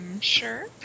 Sure